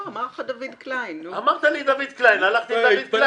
אנחנו לא הולכים להמר על הזכות המינימלית להזדקן